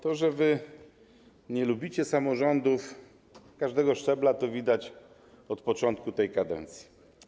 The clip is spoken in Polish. To, że wy nie lubicie samorządów każdego szczebla, widać od początku tej kadencji.